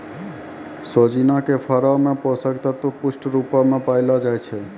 सोजिना के फरो मे पोषक तत्व पुष्ट रुपो मे पायलो जाय छै